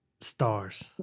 stars